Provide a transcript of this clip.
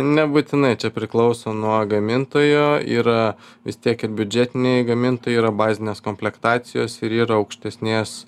nebūtinai čia priklauso nuo gamintojo yra vis tiek ir biudžetiniai gamintojai yra bazinės komplektacijos ir yra aukštesnės